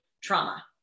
trauma